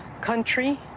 country